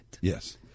Yes